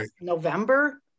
November